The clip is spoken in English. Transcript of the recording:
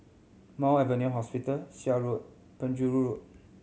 Mount Alvernia Hospital Seah Road Penjuru Road